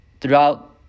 throughout